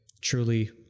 truly